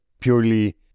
purely